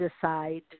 decide